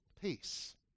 peace